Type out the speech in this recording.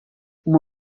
uma